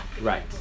right